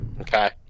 Okay